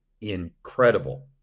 incredible